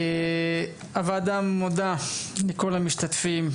הוועדה מודה לכל המשתתפים.